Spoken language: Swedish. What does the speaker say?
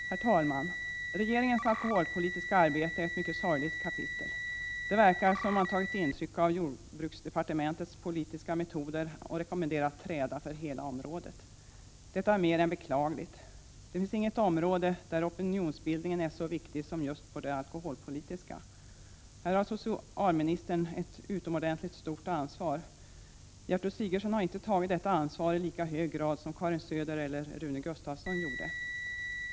Herr talman! Regeringens alkoholpolitiska arbete är ett mycket sorgligt kapitel. Det verkar som om man tagit intryck av jordbruksdepartementets politiska metoder och rekommenderat träda för hela området. Detta är mer än beklagligt. Det finns inget område där opinionsbildningen är så viktig som just det alkoholpolitiska. Här har socialministern ett utomordentligt stort ansvar. Gertrud Sigurdsen har inte tagit detta ansvar i lika hög grad som Karin Söder eller Rune Gustavsson gjorde.